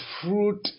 fruit